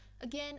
Again